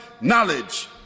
knowledge